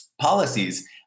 policies